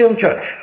church